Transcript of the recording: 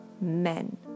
men